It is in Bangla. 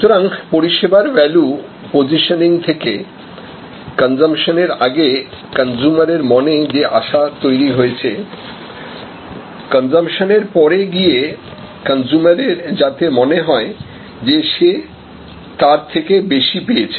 সুতরাং পরিষেবার ভ্যালু পজিশনিং থেকে কনজামশন এর আগে কনজ্যুমার এর মনে যে আশা তৈরি হয়েছে কনজামশনের পরে গিয়ে কনজ্যুমার এর যাতে মনে হয় যে সে তার থেকে বেশি পেয়েছে